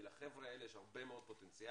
כי לחבר'ה האלה יש הרבה מאוד פוטנציאל,